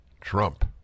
Trump